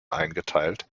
eingeteilt